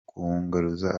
kwunguruza